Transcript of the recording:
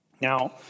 Now